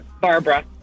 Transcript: Barbara